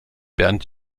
bernd